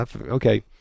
okay